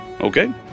Okay